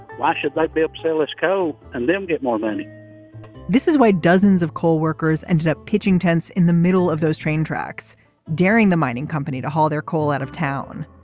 why should i like be upset. let's go and then get more money this is why dozens of co-workers ended up pitching tents in the middle of those train tracks during the mining company to haul their coal out of town.